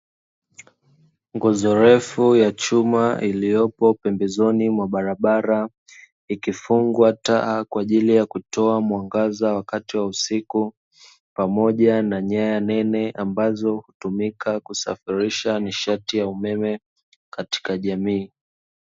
Nguzo refu ya chuma iliyopo pembezoni mwa barabara, ikifungwa taa kwa ajii ya kutoa mwangaza wakati wa usiku, pamoja na nyanya nene ambazo hutumika kusafirisha nishati ya umeme katika jamii.